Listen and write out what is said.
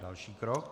Další krok.